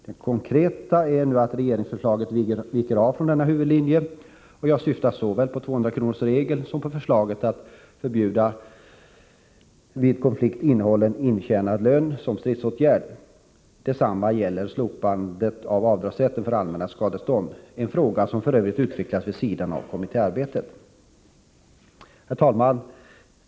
Det konkreta är nu att regeringsförslaget viker av från denna huvudlinje. Jag syftar på såväl 200-kronorsregeln som förslaget att vid konflikt förbjuda innehållande av intjänad lön som stridsåtgärd. Detsamma gäller slopandet av rätten till avdrag för allmänna skadestånd; en fråga som f. ö. har utvecklats vid sidan av kommittéarbetet. Herr talman!